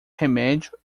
remédio